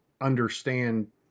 understand